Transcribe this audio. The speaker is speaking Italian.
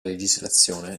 legislazione